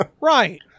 Right